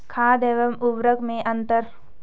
खाद एवं उर्वरक में अंतर?